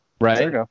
right